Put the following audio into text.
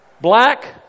Black